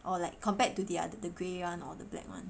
or like compared to the other grey one or the black one